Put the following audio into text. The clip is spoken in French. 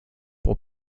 pour